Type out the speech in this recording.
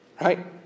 Right